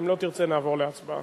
אם לא תרצה נעבור להצבעה.